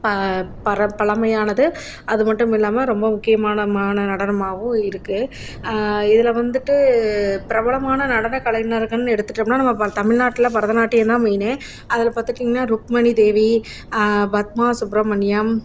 ப பர பழமையானது அதுமட்டுமில்லாமல் ரொம்ப முக்கியமானமான நடனமாகவும் இருக்குது இதில் வந்துட்டு பிரபலமான நடனக் கலைஞர்கள்னு எடுத்துட்டோம்னால் நம்ம ப தமிழ்நாட்ல பரதநாட்டியம் தான் மெய்னே அதில் பார்த்துட்டீங்கன்னா ருக்மணி தேவி பத்மா சுப்ரமணியம்